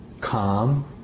calm